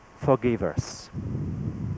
forgivers